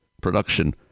production